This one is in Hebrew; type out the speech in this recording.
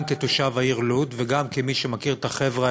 גם כתושב העיר לוד וגם כמי שמכיר את החבר'ה